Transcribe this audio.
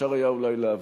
אפשר היה אולי להבין.